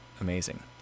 amazing